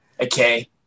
Okay